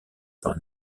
par